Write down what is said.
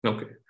Okay